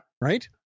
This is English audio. right